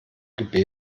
gebet